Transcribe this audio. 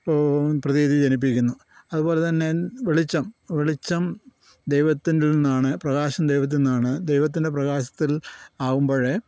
പ്രതീതി ജനിപ്പിക്കുന്നു അതുപോലെ തന്നെ വെളിച്ചം വെളിച്ചം ദൈവത്തിൽ നിന്നാണ് പ്രകാശം ദൈവത്തിൽ നിന്നാണ് ദൈവത്തിൻ്റെ പ്രകാശത്തിൽ ആവുമ്പഴ്